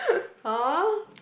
!huh!